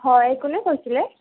হয় কোনে কৈছিলে